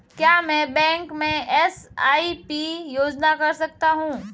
क्या मैं बैंक में एस.आई.पी योजना कर सकता हूँ?